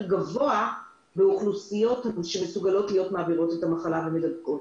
גבוה באוכלוסיות שיכולות להיות מדבקות.